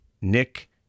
Nick